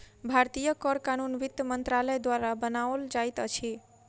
भारतीय कर कानून वित्त मंत्रालय द्वारा बनाओल जाइत अछि